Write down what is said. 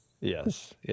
Yes